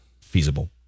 feasible